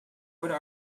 would